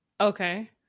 Okay